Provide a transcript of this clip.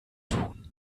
tun